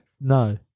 No